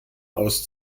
aus